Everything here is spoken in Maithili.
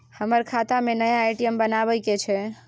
हमर खाता में नया ए.टी.एम बनाबै के छै?